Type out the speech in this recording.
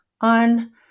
on